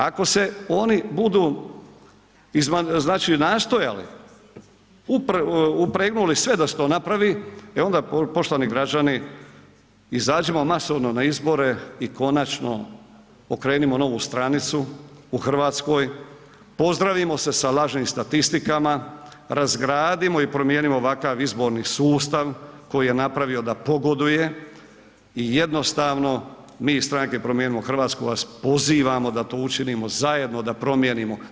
Ako se oni budu znači nastojali, upregnuli sve da se to napravi, e onda poštovani građani, izađimo masovno na izbore i konačno okrenimo novu stranicu u Hrvatskoj, pozdravimo se sa lažnim statistikama, razgradimo i promijenimo ovakav izborni sustav koji je napravio da pogoduje i jednostavno mi iz stranke Promijenimo Hrvatsku vas pozivamo da to učinimo zajedno, da promijenimo.